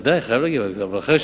בכל מקרה להעביר לוועדת כספים.